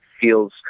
feels